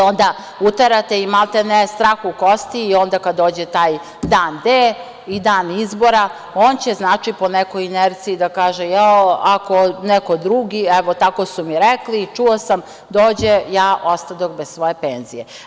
Onda im uterate maltene strah u kosti i kada dođe taj dan D i dan izbora, on će po nekoj inerciji da kaže – jao, ako neko drugi, tako su mi rekli, čuo sam, dođe, ja ostadoh bez svoje penzije.